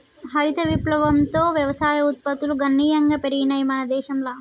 హరిత విప్లవంతో వ్యవసాయ ఉత్పత్తులు గణనీయంగా పెరిగినయ్ మన దేశంల